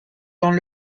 dans